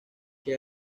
que